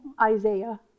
Isaiah